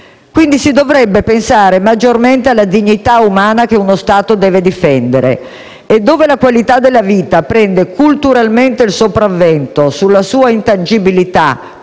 su. Si dovrebbe pensare maggiormente alla dignità umana che uno Stato deve difendere. Dove la qualità della vita prende culturalmente il sopravvento sulla sua intangibilità,